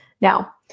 now